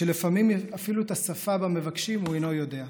שלפעמים אפילו את השפה שבה מבקשים הוא אינו יודע.